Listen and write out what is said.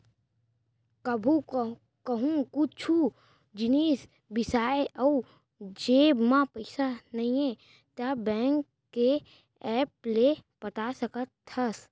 कभू कहूँ कुछु जिनिस बिसाए अउ जेब म पइसा नइये त बेंक के ऐप ले पटा सकत हस